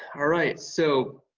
all right so,